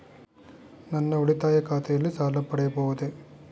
ನನ್ನ ಉಳಿತಾಯ ಖಾತೆಯಲ್ಲಿ ಸಾಲ ಪಡೆಯಬಹುದೇ?